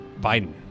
Biden